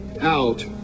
out